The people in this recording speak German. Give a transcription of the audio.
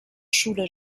schule